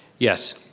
yes?